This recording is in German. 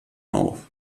auf